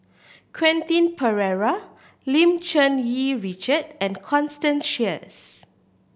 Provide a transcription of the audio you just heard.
Quentin Pereira Lim Cherng Yih Richard and Constance Sheares